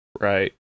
Right